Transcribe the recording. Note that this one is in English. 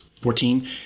Fourteen